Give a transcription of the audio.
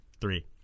three